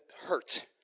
hurt